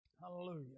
Hallelujah